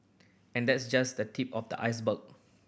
and that's just the tip of the iceberg